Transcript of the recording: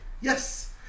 Yes